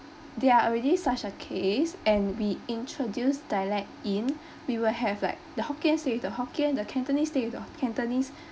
there are already such a case and we introduce dialect in we will have like the hokkien stay with the hokkien the cantonese stay with the cantonese